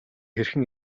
хэрхэн